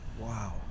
Wow